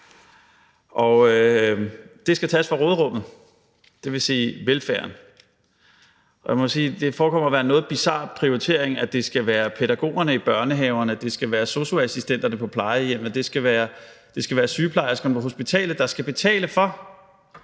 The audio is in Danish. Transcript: Det skal tages fra råderummet, dvs. velfærden. Jeg må sige, at det forekommer at være en noget bizar prioritering, at det skal være pædagogerne i børnehaverne, det skal være sosu-assistenterne på plejehjemmene, det skal være sygeplejerskerne på hospitalerne, der skal betale for,